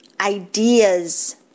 ideas